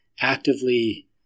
actively